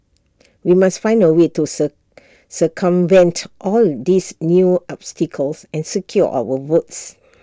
we must find A way to sir circumvent all these new obstacles and secure our votes